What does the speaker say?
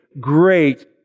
great